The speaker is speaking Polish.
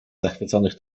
zachwyconych